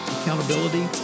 Accountability